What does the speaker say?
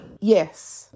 Yes